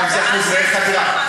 שם זה אחוז מערך הדירה.